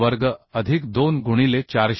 t वर्ग अधिक 2 गुणिले 455